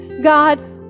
God